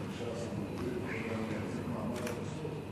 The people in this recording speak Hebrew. אני לא יודע אם אני אחזיק מעמד עד הסוף,